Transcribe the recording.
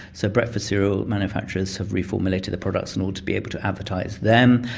so breakfast cereal manufacturers have reformulated their products in order to be able to advertise them.